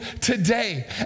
today